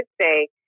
say